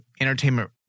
Entertainment